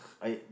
I had